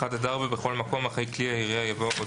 הירייה" ואחרי "וכלי ירייה" יבוא "או